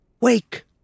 Wake